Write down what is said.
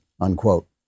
unquote